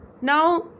Now